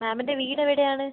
മാമിൻ്റെ വീട് എവിടെയാണ്